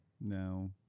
No